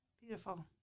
beautiful